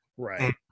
Right